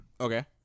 Okay